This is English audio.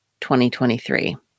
2023